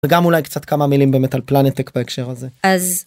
וגם אולי קצת כמה מילים באמת על פלנטק בהקשר הזה. אז...